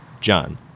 John